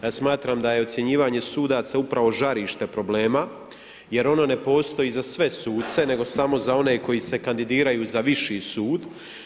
Ja smatram da je ocjenjivanje sudaca upravo žarište problema, jer ono ne postoji za sve suce, nego samo za one koji se kandidiraju za viši sud.